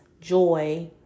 joy